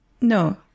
No